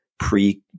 pre